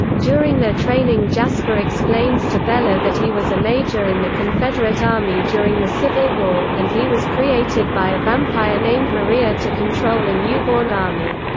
during their training jasper explains to bella that he was a major in the confederate army during the civil war, and he was created by vampire named maria to control a newborn army.